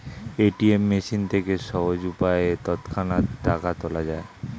ATM machine থেকে সহজ উপায়ে তৎক্ষণাৎ টাকা তোলা যায়